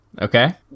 Okay